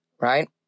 right